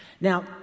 Now